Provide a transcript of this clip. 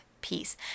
peace